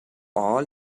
all